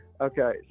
Okay